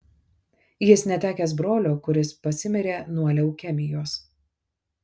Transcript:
jis netekęs brolio kuris pasimirė nuo leukemijos